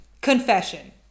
Confession